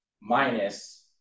minus